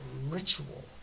ritual